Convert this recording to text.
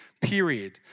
period